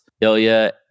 Ilya